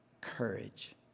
courage